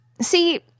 See